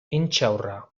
intxaurra